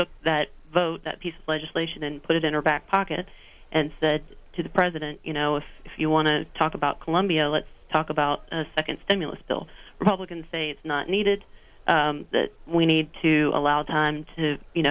took that vote that piece of legislation and put it in her back pocket and that to the president you know if if you want to talk about colombia let's talk about a second stimulus bill republicans say it's not needed we need to allow time to you